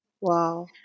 Wow